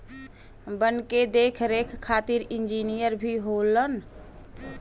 वन के देख रेख खातिर इंजिनियर भी होलन